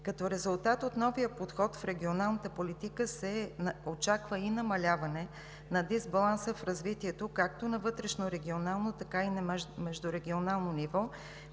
Като резултат от новия подход в регионалната политика се очаква и намаляване на дисбаланса в развитието както на вътрешнорегионално, така и на междурегионално ниво,